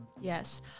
Yes